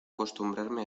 acostumbrarme